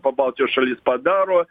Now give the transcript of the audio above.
pabaltijos šalis padaro